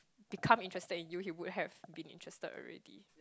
become interested in you he would have been interested already